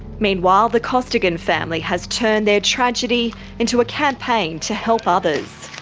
meanwhile, the costigan family has turned their tragedy into a campaign to help others.